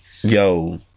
Yo